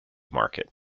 market